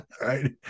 right